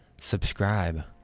subscribe